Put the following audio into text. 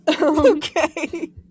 Okay